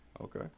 Okay